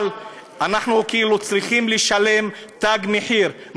אבל אנחנו כאילו צריכים לשלם תג מחיר.